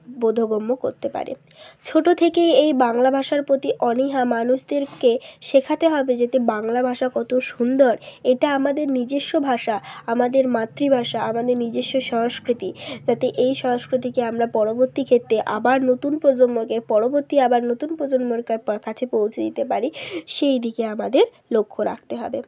বোধগম্য করতে পারে ছোটো থেকেই এই বাংলা ভাষার প্রতি অনীহা মানুষদেরকে শেখাতে হবে যাতে বাংলা ভাষা কত সুন্দর এটা আমাদের নিজস্ব ভাষা আমাদের মাতৃভাষা আমাদের নিজস্ব সংস্কৃতি যাতে এই সংস্কৃতিকে আমরা পরবর্তী ক্ষেত্রে আবার নতুন প্রজন্মকে পরবর্তী আবার নতুন প্রজন্মের কা পা কাছে পৌঁছে দিতে পারি সেই দিকে আমাদের লক্ষ্য রাখতে হবে